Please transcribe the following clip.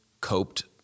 coped